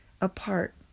apart